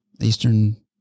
Eastern